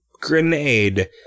grenade